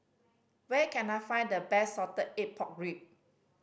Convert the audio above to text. where can I find the best salted egg pork rib